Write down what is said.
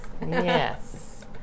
Yes